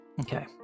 Okay